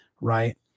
Right